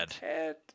head